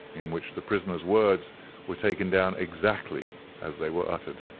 in which the prisoner's words were taken down exactly as they were uttered.